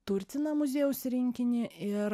turtina muziejaus rinkinį ir